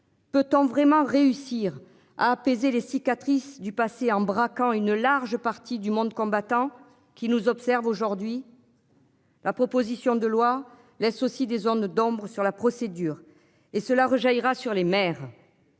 Peut-on vraiment réussir à apaiser les cicatrices du passé en braquant une large partie du monde combattant qui nous observe aujourd'hui. La proposition de loi laisse aussi des zones d'ombres sur la procédure et cela rejaillira sur les mers.